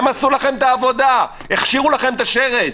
הם עשו לכם את העבודה, הכשירו לכם את השרץ.